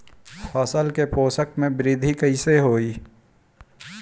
फसल के पोषक में वृद्धि कइसे होई?